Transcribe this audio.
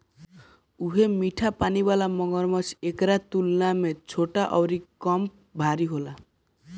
उहे मीठा पानी वाला मगरमच्छ एकरा तुलना में छोट अउरी कम भारी होला